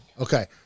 okay